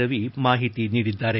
ರವಿ ಮಾಹಿತಿ ನೀಡಿದ್ದಾರೆ